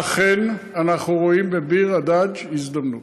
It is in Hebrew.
אכן אנחנו רואים בביר-הדאג' הזדמנות.